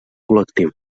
col·lectiu